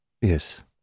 Yes